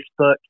Facebook